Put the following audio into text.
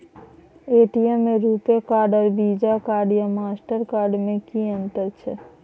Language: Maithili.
ए.टी.एम में रूपे कार्ड आर वीजा कार्ड या मास्टर कार्ड में कि अतंर छै?